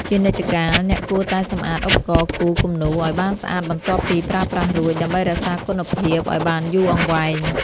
ជានិច្ចកាលអ្នកគួរតែសម្អាតឧបករណ៍គូរគំនូរឱ្យបានស្អាតបន្ទាប់ពីប្រើប្រាស់រួចដើម្បីរក្សាគុណភាពឱ្យបានយូរអង្វែង។